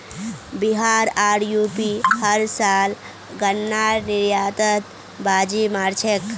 बिहार आर यू.पी हर साल गन्नार निर्यातत बाजी मार छेक